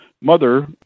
mother